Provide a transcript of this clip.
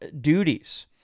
duties